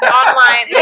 online